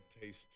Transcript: taste